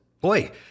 boy